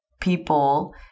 people